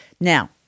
Now